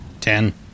Ten